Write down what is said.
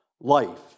life